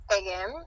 again